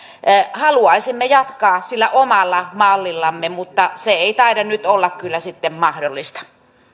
haluaisimme jatkaa sillä omalla mallillamme mutta se ei taida nyt olla sitten mahdollista